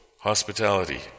hospitality